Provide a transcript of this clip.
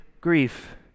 grief